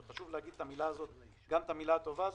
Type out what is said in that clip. וחשוב לומר את המילה הטובה הזאת,